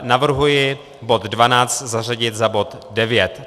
Navrhuji bod 12 zařadit za bod 9.